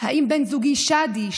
האם בן זוגי שאדי,